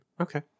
Okay